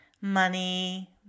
money